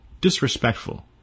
disrespectful